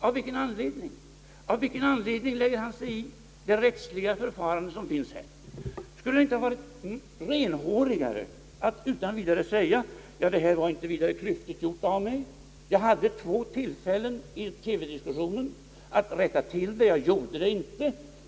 Av vilken anledning lägger sig herr Holmberg i det rättsliga förfarande som tillämpas på detta område? Skulle det inte vara renhårigare av honom att säga: Ja, det här var inte vidare klyftigt gjort av mig. Jag hade under TV-diskussionen två tillfällen att rätta till det hela, men jag gjorde det inte.